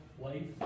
life